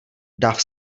dav